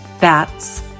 bats